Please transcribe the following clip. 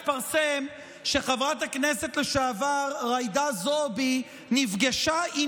לאחרונה התפרסם שחברת הכנסת לשעבר ג'ידא זועבי נפגשה,